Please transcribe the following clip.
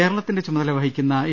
കേരള ത്തിന്റെ ചുമതല വഹിക്കുന്ന എ